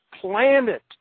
planet